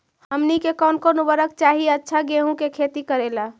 हमनी के कौन कौन उर्वरक चाही अच्छा गेंहू के खेती करेला?